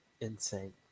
insane